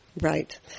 Right